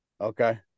Okay